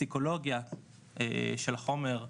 הטוקסיקולוגיה של החומר,